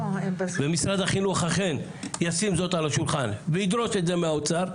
ומשרד החינוך אכן ישים זאת על השולחן וידרוש את זה מהאוצר,